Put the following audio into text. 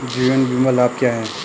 जीवन बीमा लाभ क्या हैं?